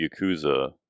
Yakuza